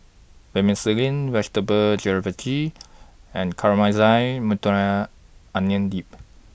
Vermicelli Vegetable Jalfrezi and Caramelized Onion Dip